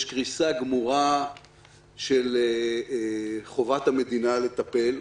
יש קריסה גמורה של חובת המדינה לטפל,